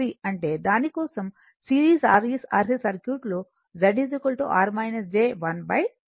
దాని కోసం series R C circuit లో Z R j 1 ω c